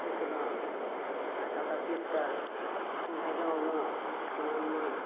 पिसलहुँ आँटा उँटा पिसि करि धएलहुँ उलहुँ सब समान उमान